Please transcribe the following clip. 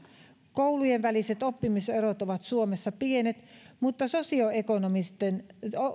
koulujen väliset oppimiserot ovat suomessa pienet mutta sosioekonomisen